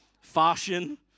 Fashion